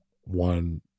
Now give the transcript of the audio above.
one